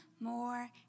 more